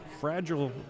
fragile